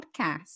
podcast